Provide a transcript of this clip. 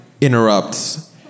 interrupts